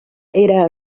era